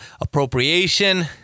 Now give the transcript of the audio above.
appropriation